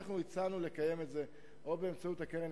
הצענו לקיים את זה או באמצעות הקרן